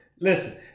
listen